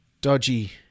dodgy